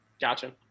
Gotcha